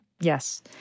Yes